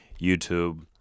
YouTube